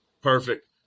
perfect